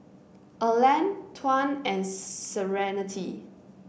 Erland Tuan and Serenity